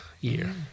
year